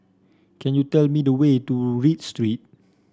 can you tell me the way to Read Street